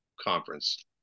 conference